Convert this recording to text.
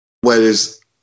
whereas